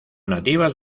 nativas